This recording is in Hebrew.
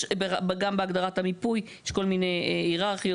יש גם בהגדרת המיפוי יש כל מיני היררכיות